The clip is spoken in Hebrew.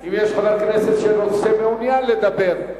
אם יש חבר כנסת שמעוניין לדבר,